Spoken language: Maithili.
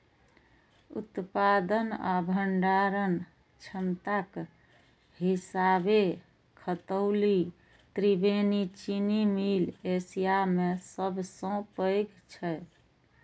उत्पादन आ भंडारण क्षमताक हिसाबें खतौली त्रिवेणी चीनी मिल एशिया मे सबसं पैघ छै